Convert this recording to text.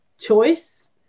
choice